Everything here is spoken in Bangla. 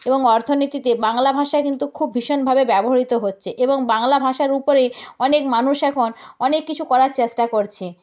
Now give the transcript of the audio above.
এবং অর্থনীতিতে বাংলা ভাষা কিন্তু খুব ভীষণভাবে ব্যবহৃত হচ্ছে এবং বাংলা ভাষার উপরেই অনেক মানুষ এখন অনেক কিছু করার চেষ্টা করছে